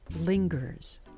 lingers